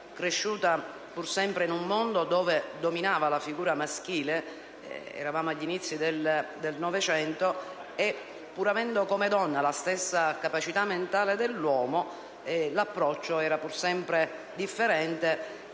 Cresciuta in un mondo dove dominava la figura maschile (eravamo agli inizi del Novecento), pur avendo come donna la stessa capacità mentale dell'uomo, l'approccio era diverso e